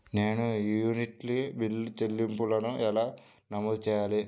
నేను utility bill చెల్లింపులను ఎలా నమోదు చేయాలి?